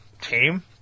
team